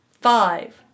Five